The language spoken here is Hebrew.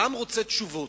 העם רוצה תשובות.